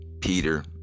Peter